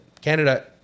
Canada